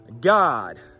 God